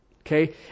Okay